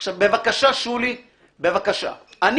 בבקשה, שולי.